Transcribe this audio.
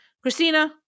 Christina